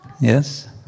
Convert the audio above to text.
Yes